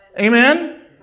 Amen